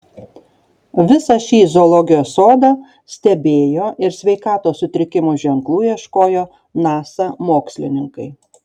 visą šį zoologijos sodą stebėjo ir sveikatos sutrikimų ženklų ieškojo nasa mokslininkai